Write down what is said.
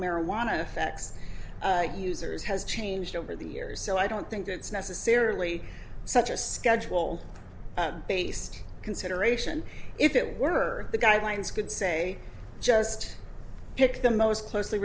marijuana affects users has changed over the years so i don't think it's necessarily such a schedule based consideration if it were the guidelines could say just pick the most closely